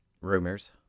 Rumors